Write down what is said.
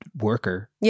worker